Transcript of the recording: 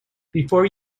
before